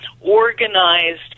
organized